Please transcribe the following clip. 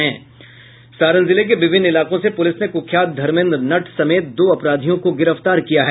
सारण जिले के विभिन्न इलाकों से पुलिस ने कुख्यात धर्मेन्द्र नट समेत दो अपराधियों को गिरफ्तार किया है